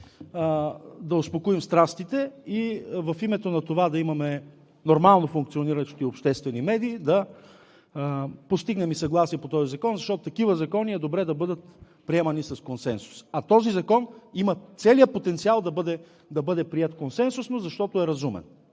да успокоим страстите и в името на това да имаме нормално функциониращи обществени медии, да постигнем и съгласие по този закон, защото такива закони е добре да бъдат приемани с консенсус. А този закон има целия потенциал да бъде приет консенсусно, защото е разумен!